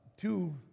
two